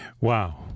wow